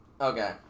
okay